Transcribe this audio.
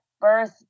birth